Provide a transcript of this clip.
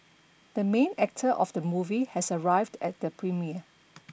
the main actor of the movie has arrived at the premiere